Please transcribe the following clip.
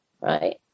Right